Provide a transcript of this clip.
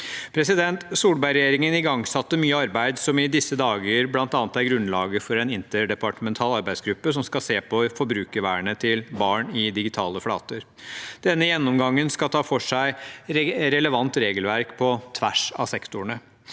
siden. Solberg-regjeringen igangsatte mye arbeid som i disse dager bl.a. er grunnlaget for en interdepartemental arbeidsgruppe som skal se på forbrukervernet til barn på digitale flater. Denne gjennomgangen skal ta for seg relevant regelverk på tvers av sektorene.